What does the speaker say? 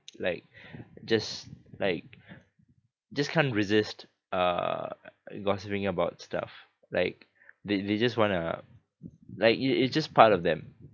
like just like just can't resist uh gossiping about stuff like they they just want to like y~ y~ it's just part of them